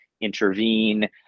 intervene